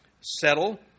settle